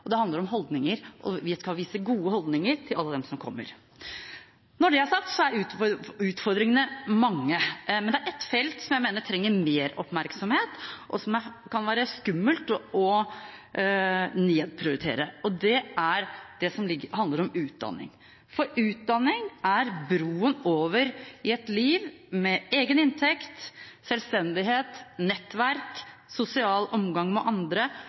sagt, er utfordringene mange, men det er et felt som jeg mener trenger mer oppmerksomhet, og som kan være skummelt å nedprioritere, og det er det som handler om utdanning. For utdanning er broen over i et liv med egen inntekt, selvstendighet, nettverk, sosial omgang med andre,